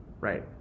Right